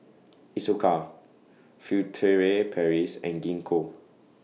Isocal Furtere Paris and Gingko